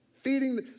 feeding